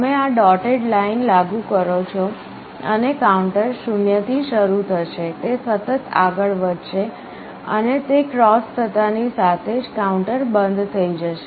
તમે આ dotted line લાગુ કરો છો અને કાઉન્ટર 0 થી શરૂ થશે તે સતત આગળ વધશે અને તે ક્રૉસ થતાંની સાથે જ કાઉન્ટર બંધ થઈ જશે